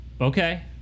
Okay